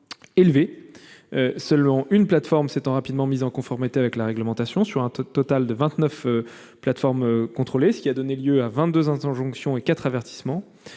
élevé. Seule une plateforme s'est rapidement mise en conformité avec la réglementation sur un total de 29 plateformes contrôlées, ce qui a donné lieu à 22 injonctions et à 4 avertissements.